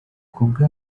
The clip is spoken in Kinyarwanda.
kubwe